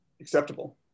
acceptable